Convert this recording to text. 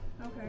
Okay